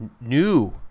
new